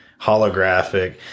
holographic